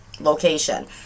location